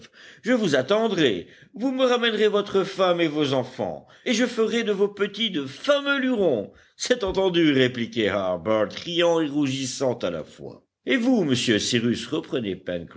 je vous attendrai vous me ramènerez votre femme et vos enfants et je ferai de vos petits de fameux lurons c'est entendu répliquait harbert riant et rougissant à la fois et vous monsieur cyrus reprenait